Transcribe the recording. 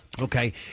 Okay